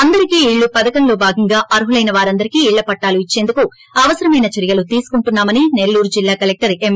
అందరికీ ఇల్లు పధకంలో భాగంగా అర్హులైన వారందరికీ ఇళ్ళ పట్టాలు ఇచ్చేందుకు అవసరమైన చర్యలు తీసుకుంటున్నా మని సెల్లూరు జిల్లా కలెక్లర్ ఎం